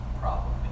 problem